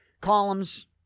columns